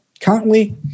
Currently